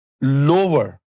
lower